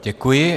Děkuji.